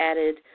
added